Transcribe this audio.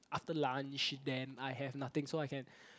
after lunch then I have nothing so I can